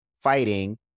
fighting